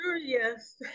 yes